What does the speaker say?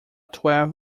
twelve